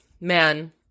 man